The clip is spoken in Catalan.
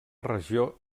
regió